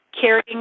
carrying